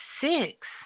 six